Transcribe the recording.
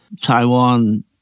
Taiwan